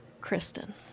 Kristen